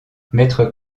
maître